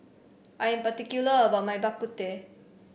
I am particular about my Bak Kut Teh